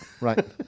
right